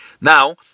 Now